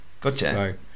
gotcha